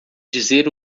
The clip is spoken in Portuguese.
dizer